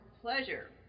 pleasure